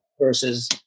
versus